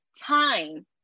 time